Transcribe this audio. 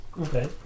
Okay